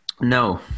No